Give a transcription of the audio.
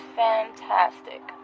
fantastic